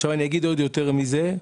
אגיד עוד יותר מזה,